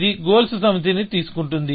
ఇది గోల్స్ సమితిని తీసుకుంటోంది